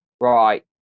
right